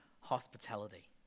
hospitality